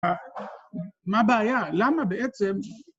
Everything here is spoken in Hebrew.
‫מה הבעיה? למה בעצם...